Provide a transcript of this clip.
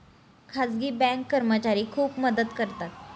खाजगी बँक कर्मचारी खूप मदत करतात